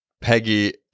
Peggy